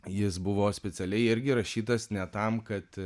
jis buvo specialiai irgi rašytas ne tam kad